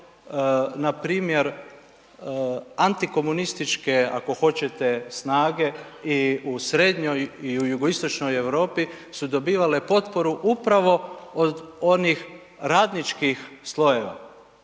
npr. antikomunističke, ako hoćete, snage i u srednjoj i u jugoistočnoj Europi su dobivale potporu upravo od onih radničkih slojeva.